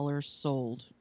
sold